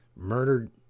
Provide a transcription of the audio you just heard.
Murdered